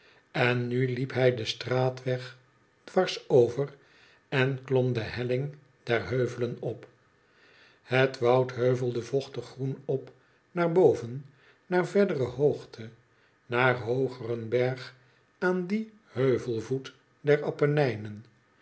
en nu liep hij den straatweg dwars over en klom de helling der heuvelen op het woud heuvelde vochtig groen op naar boven naar verdere hoogte naar hoogeren berg aan dien heuvelvoet der